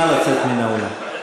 נא לצאת מהאולם.